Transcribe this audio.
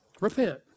Repent